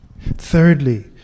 Thirdly